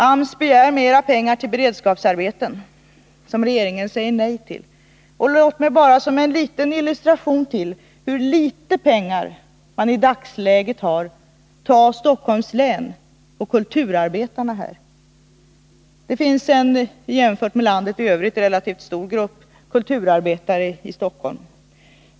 AMS begär mer pengar till beredskapsarbeten som regeringen säger nej till. Låt mig som en illustration till hur litet pengar man i dagsläget har ta Stockholms län och kulturarbetarna. Det finns en stor grupp kulturarbetare i Stockholm jämfört med landet i övrigt.